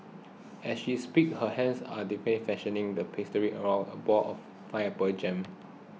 as she speaks her hands are deftly fashioning the pastry around a ball of pineapple jam